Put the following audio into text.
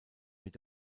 mit